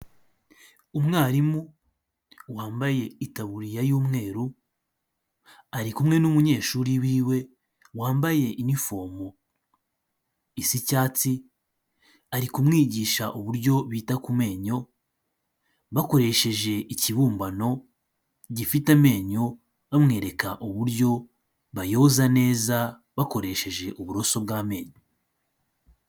Umwarimu wambaye itabuririya y'umweru ari kumwe n'umunyeshuri wiwe wambaye inifomu isa icyatsi ari kumwigisha uburyo bita ku menyo, bakoresheje ikibumbano gifite amenyo, bamwereka uburyo bayoza neza bakoresheje uburoso bw'amenyo.